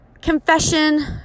confession